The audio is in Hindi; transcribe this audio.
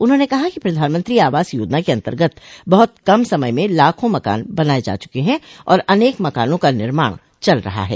उन्होंने कहा कि प्रधानमंत्री आवास योजना के अंतर्गत बहुत कम समय में लाखों मकान बनाए जा चुके हैं और अनेक मकानों का निर्माण चल रहा है